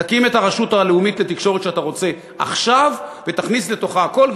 תקים את הרשות הלאומית לתקשורת שאתה רוצה עכשיו ותכניס לתוכה הכול,